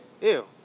ew